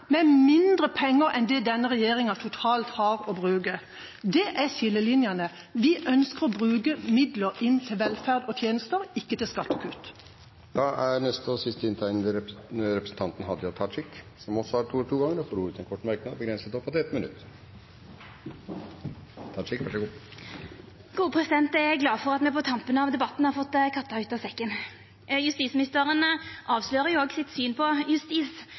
med mindre penger enn det denne regjeringa totalt har å bruke. Det er skillelinjene. Vi ønsker å bruke midler til velferd og tjenester, ikke til skattekutt. Representanten Hadia Tajik har hatt ordet to ganger tidligere og får ordet til en kort merknad, begrenset til 1 minutt. Eg er glad for at me på tampen av debatten har fått katta ut av sekken. Justisministeren avslørar jo òg sitt syn på justis